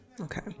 Okay